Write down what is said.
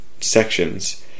sections